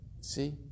See